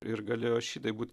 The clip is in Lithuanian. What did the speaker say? ir galėjo šitaip būt